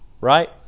Right